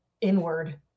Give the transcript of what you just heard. inward